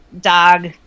dog